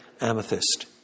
amethyst